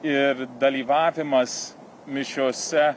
ir dalyvavimas mišiose